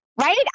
right